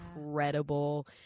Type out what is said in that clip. incredible